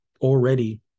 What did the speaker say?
Already